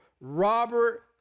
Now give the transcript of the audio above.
Robert